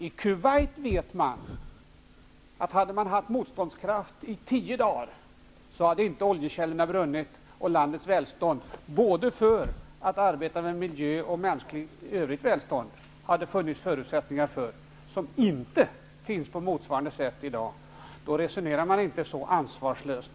I Kuwait vet man att om man hade haft motståndskraft under tio dagar hade oljekällorna inte brunnit och det hade funnits förutsättningar för landets välstånd, både när det gäller att arbeta med miljö och övrigt mänskligt välstånd, som inte finns på motsvarande sätt i dag. Då resonerar man inte så ansvarslöst.